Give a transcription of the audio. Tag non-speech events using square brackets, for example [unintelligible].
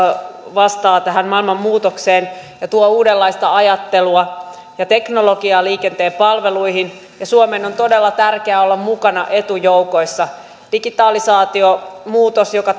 vastaa tähän maailman muutokseen ja tuo uudenlaista ajattelua ja teknologiaa liikenteen palveluihin ja suomen on todella tärkeää olla mukana etujoukoissa digitalisaatiomuutos joka [unintelligible]